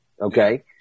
okay